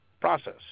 process